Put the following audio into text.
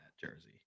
jersey